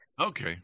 Okay